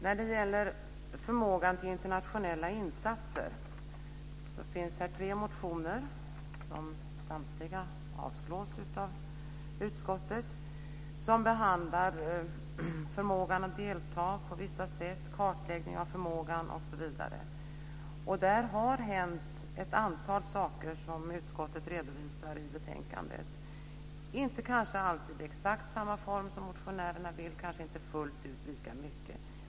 När det gäller förmågan till internationella insatser finns det tre motioner som samtliga avstyrks av utskottet. De behandlar förmågan att delta på vissa sätt, kartläggning av förmågan osv. Där har det hänt ett antal saker som utskottet redovisar i betänkandet. Det har kanske inte alltid blivit i exakt samma form som motionärerna velat och kanske inte fullt ut lika mycket.